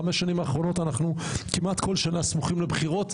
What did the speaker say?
בחמש השנים האחרונות אנחנו כמעט כל שנה סמוכים לבחירות,